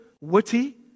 witty